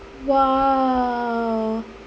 !wow!